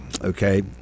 okay